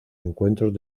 encuentros